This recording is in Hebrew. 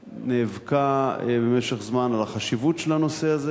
ונאבקה במשך זמן על החשיבות של הנושא הזה.